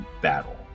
battle